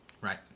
Right